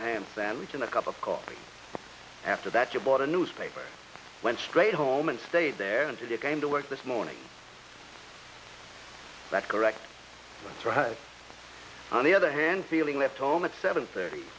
a ham sandwich and a cup of coffee after that you bought a newspaper went straight home and stayed there until you came to work this morning that's correct on the other hand feeling left home at seven thirty